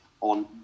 on